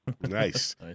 Nice